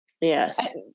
yes